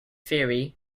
theory